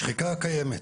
שחיקה קיימת